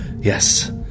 Yes